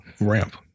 ramp